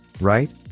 right